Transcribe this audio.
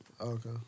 okay